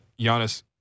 Giannis